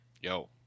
Yo